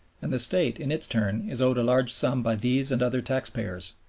and the state in its turn is owed a large sum by these and other taxpayers.